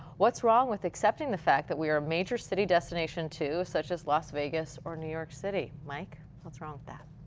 wrong with accepting the fact that we are major city destination too, such as las vegas, or new york city. mike? what's wrong with that?